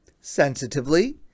sensitively